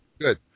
Good